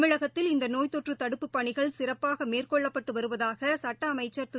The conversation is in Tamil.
தமிழகத்தில் இந்தநோய்த்தொற்றுதடுப்புப்பணிகள் சிறப்பாகமேற்கொள்ளப்பட்டுவருவதாகசுட்டஅமைச்சர் திரு